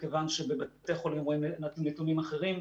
מכיוון שבבתי החולים ראינו נתונים אחרים.